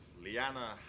Liana